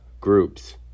groups